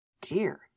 Dear